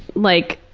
like,